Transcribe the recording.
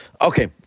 Okay